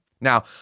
Now